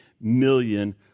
million